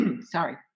sorry